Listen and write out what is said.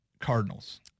Cardinals